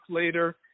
later